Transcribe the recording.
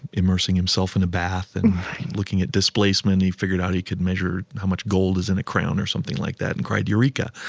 immersing himself in a bath and looking at displacement, he figured out he could measure how much gold is in a crown or something like that and cried, eureka!